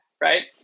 right